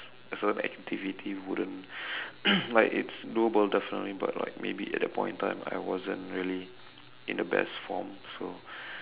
a certain activity wouldn't like it's doable definitely but like maybe at that point in time I wasn't really in the best form so